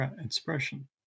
expression